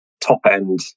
top-end